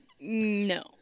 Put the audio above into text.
No